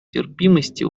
терпимости